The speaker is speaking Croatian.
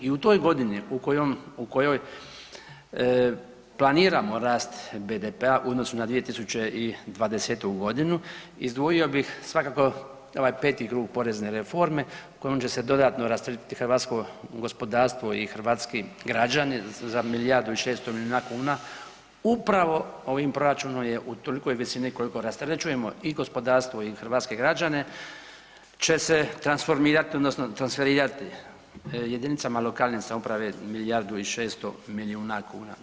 I u toj godini u kojoj planiramo rast BDP-a u odnosu na 2020. godinu izdvojio bih svakako ovaj peti krug porezne reforme kojom će se dodatno rasteretiti hrvatsko gospodarstvo i hrvatski građani za milijardu i 600 milijuna kuna upravo ovim proračunom je u tolikoj visini koliko rasterećujemo i gospodarstvo i hrvatske građane će se transformirati odnosno transferirati jedinicama lokalne samouprave milijardu i 600 milijuna kuna.